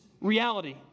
reality